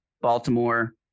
Baltimore